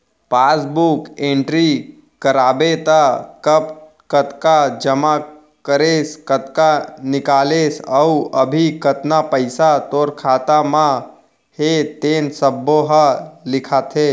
passbook entry कराबे त कब कतका जमा करेस, कतका निकालेस अउ अभी कतना पइसा तोर खाता म हे तेन सब्बो ह लिखाथे